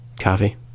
Coffee